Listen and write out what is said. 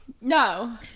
no